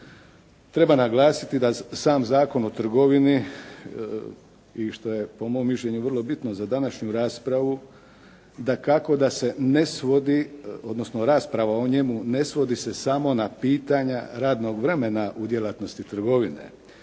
Treba naglasiti da sam Zakon o trgovini i što je po mom mišljenju vrlo bitno za današnju raspravu dakako da se ne svodi, odnosno rasprava o njemu ne svodi se samo na pitanja radnog vremena u djelatnosti trgovine